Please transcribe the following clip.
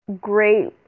great